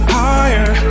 higher